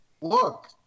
Look